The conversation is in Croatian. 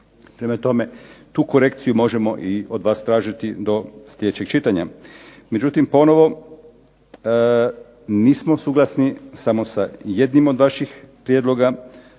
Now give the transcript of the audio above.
Prema tome, tu korekciju možemo i od vas tražiti do sljedećeg čitanja. Međutim, ponovno nismo suglasni samo sa jednim od vaših prijedloga,